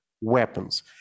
weapons